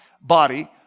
body